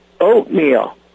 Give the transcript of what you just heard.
oatmeal